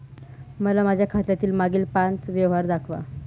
मला माझ्या खात्यातील मागील पांच व्यवहार दाखवा